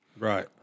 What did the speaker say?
Right